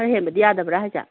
ꯈꯔ ꯍꯦꯟꯕꯗꯤ ꯌꯥꯗꯕ꯭ꯔꯥ ꯍꯥꯏꯁꯦ